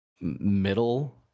middle